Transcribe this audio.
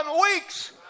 weeks